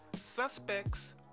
Suspects